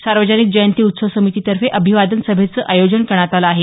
सार्वजनिक जयंती उत्सव समितीतर्फे अभिवादन सभेचं आयोजन करण्यात आलं आहे